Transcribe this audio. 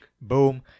Boom